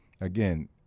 again